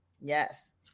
Yes